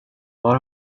var